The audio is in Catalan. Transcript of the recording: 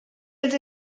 els